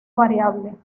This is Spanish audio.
variable